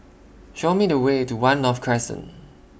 Show Me The Way to one North Crescent